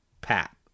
pat